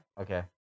okay